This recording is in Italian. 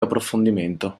approfondimento